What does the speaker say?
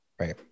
Right